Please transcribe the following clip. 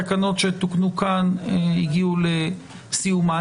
התקנות שתוקנו כאן הגיעו לסיומן,